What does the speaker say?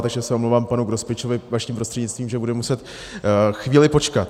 Takže se omlouvám panu Grospičovi vaším prostřednictvím, že bude muset chvíli počkat.